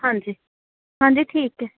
ਹਾਂਜੀ ਹਾਂਜੀ ਠੀਕ ਹੈ